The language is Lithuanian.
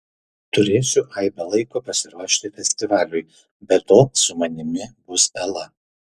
turėsiu aibę laiko pasiruošti festivaliui be to su manimi bus ela